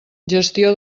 gestió